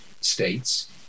states